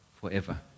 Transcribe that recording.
forever